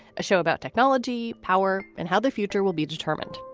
a show about technology, power and how the future will be determined.